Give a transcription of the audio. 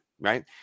right